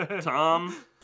Tom